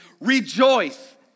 Rejoice